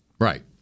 Right